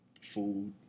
Food